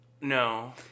No